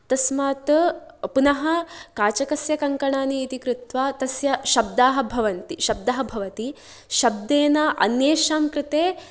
तस्मात् पुनः काचकस्य कङ्कनानि इति कृत्त्वा तस्य शब्दाः भवन्ति शब्दः भवति शब्देन अन्येषां कृते